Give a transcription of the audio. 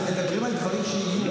אתם מדברים על דברים שיהיו.